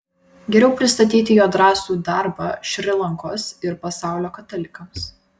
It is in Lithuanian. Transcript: geriau pristatyti jo drąsų darbą šri lankos ir pasaulio katalikams